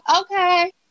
okay